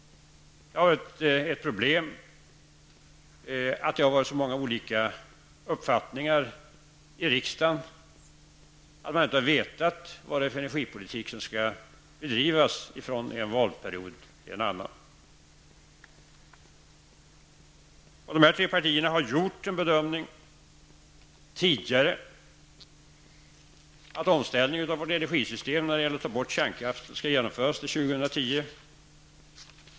Det har varit ett problem att det har funnits så många olika uppfattningar i riksdagen att man inte från en valperiod till en annan har vetat vad det är för energipolitik som skall bedrivas. De här tre partierna har tidigare gjort bedömningen att omställningen av vårt energisystem när det gäller att ta bort kärnkraften skall genomföras till år 2010.